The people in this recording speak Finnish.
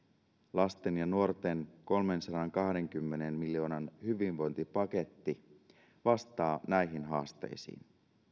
lasten ja nuorten kolmensadankahdenkymmenen miljoonan hyvinvointipaketti vastaa näihin haasteisiin